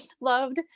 loved